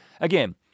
again